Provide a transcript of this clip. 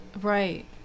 Right